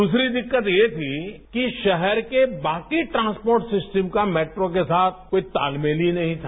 द्रसरी दिक्कत ये थी कि राहर के बाकी ट्रांसपोर्ट सिस्टम का मेट्रो के साथ कोई तालमेल ही नहीं था